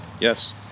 Yes